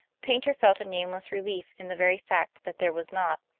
paynter felt a nameless relief in the very fact that there was not.